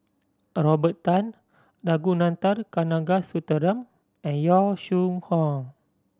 a Robert Tan Ragunathar Kanagasuntheram and Yong Shu Hoong